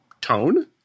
tone